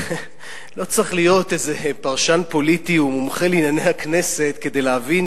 לא צריך להיות איזה פרשן פוליטי או מומחה לענייני הכנסת כדי להבין